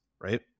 Right